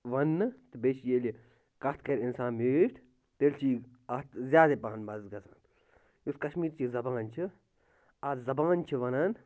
وَننہٕ تہٕ بیٚیہِ چھِ ییٚلہِ کَتھ کَرِ اِنسان میٖٹھۍ تیٚلہِ چھِ یہِ اَتھ زیادَے پَہَن مَزٕ گژھان یُس کَشمیٖرٕچ یہِ زبان چھِ اَتھ زبان چھِ وَنان